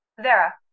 Vera